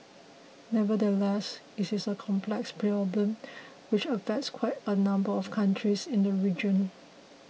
nevertheless it is a complex problem which affects quite a number of countries in the region